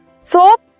Soap